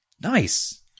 Nice